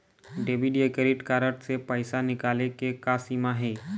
Debit या credit card से पैसा निकाले के का सीमा हे?